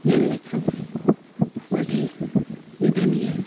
ᱧᱮᱞ ᱞᱮᱠᱷᱟᱱ ᱟᱹᱰᱤ ᱱᱤᱫᱷᱟᱹᱱ ᱜᱮᱭᱟ